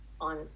on